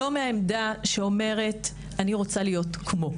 לא מהעמדה שאומרת: אני רוצה להיות כמו.